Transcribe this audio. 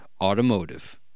Automotive